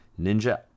Ninja